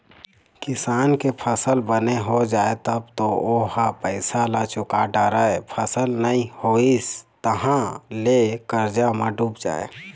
किसान के फसल बने हो जाए तब तो ओ ह पइसा ल चूका डारय, फसल नइ होइस तहाँ ले करजा म डूब जाए